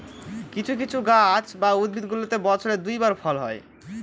কিছু কিছু গাছ বা উদ্ভিদগুলোতে বছরে দুই বার ফল হয়